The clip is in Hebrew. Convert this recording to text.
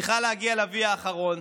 צריכה להגיע ל-v האחרון,